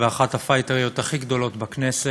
ואחת הפייטריות הכי גדולות בכנסת,